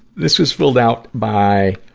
this was filled out by